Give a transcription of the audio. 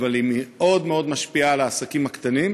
אבל היא מאוד מאוד משפיעה על העסקים הקטנים,